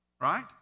right